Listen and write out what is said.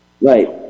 Right